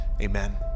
amen